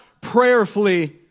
prayerfully